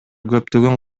көптөгөн